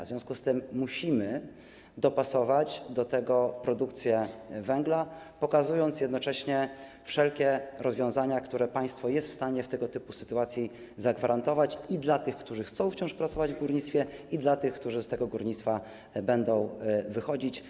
W związku z tym musimy dopasować do tego produkcję węgla, pokazując jednocześnie wszelkie rozwiązania, które państwo jest w stanie w tego typu sytuacji zagwarantować i dla tych, którzy chcą wciąż pracować w górnictwie, i dla tych, którzy z tego górnictwa będą odchodzić.